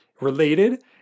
related